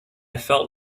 felt